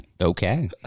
Okay